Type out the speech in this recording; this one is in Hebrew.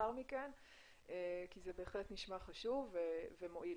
חשוב ומועיל.